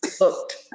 hooked